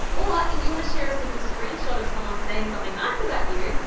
or, if you wanna share a simple screenshot of someone saying something nice about you,